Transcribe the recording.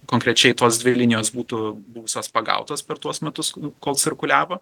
konkrečiai tos dvi linijos būtų buvusios pagautos per tuos metus kol cirkuliavo